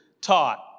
taught